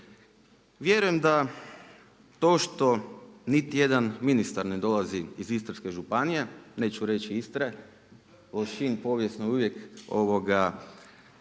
vjerujem da to što niti jedan ministar ne dolazi iz Istarske županije, neću reći Istre, Lošinj povijesno je uvijek prilazio